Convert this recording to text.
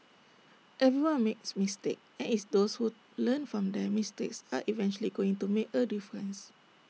everyone makes mistakes and IT is those who learn from their mistakes are eventually going to make A difference